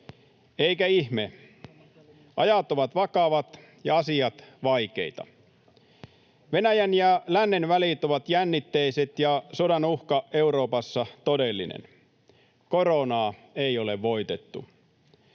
eikä ihme. Ajat ovat vakavat ja asiat vaikeita. Venäjän ja lännen välit ovat jännitteiset ja sodan uhka Euroopassa todellinen. Koronaa ei ole voitettu.